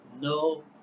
no